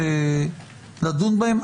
שצריך לדון בהם.